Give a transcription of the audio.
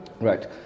Right